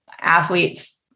athletes